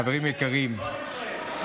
חברים יקרים, מה ימין?